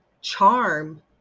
charm